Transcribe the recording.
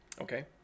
Okay